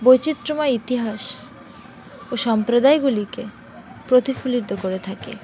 বৈচিত্র্যময় ইতিহাস ও সম্প্রদায়গুলিকে প্রতিফলিত করে থাকে